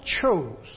chose